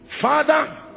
Father